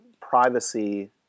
privacy